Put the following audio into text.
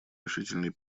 решительной